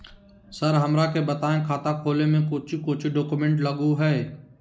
Sir हमरा के बताएं खाता खोले में कोच्चि कोच्चि डॉक्यूमेंट लगो है?